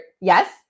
Yes